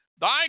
Thy